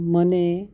મને